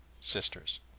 sisters